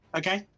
okay